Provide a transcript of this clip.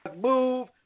move